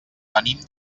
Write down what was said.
venim